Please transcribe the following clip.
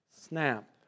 snap